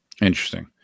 Interesting